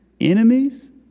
enemies